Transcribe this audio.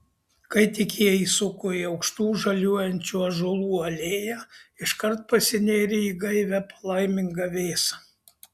kai tik jie įsuko į aukštų žaliuojančių ąžuolų alėją iškart pasinėrė į gaivią palaimingą vėsą